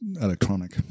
electronic